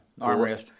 armrest